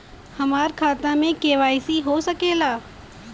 हमार खाता में के.वाइ.सी हो सकेला?